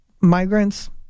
migrants